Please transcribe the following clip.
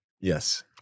Yes